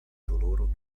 doloro